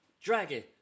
Dragon